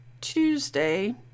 Tuesday